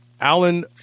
Alan